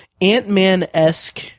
Ant-Man-esque